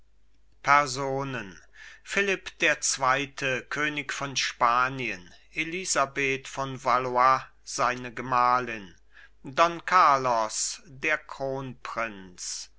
personen philipp der zweite könig von spanien elisabeth von valois seine gemahlin don carlos der kronprinz